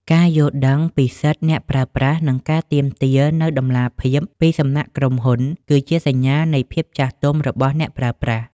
ការយល់ដឹងពីសិទ្ធិអ្នកប្រើប្រាស់ និងការទាមទារនូវតម្លាភាពពីសំណាក់ក្រុមហ៊ុន គឺជាសញ្ញានៃភាពចាស់ទុំរបស់អ្នកប្រើប្រាស់។